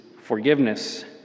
forgiveness